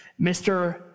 Mr